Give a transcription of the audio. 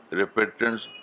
repentance